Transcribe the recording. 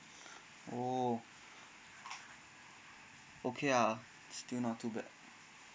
oh okay ah still not too bad